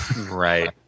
Right